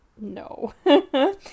No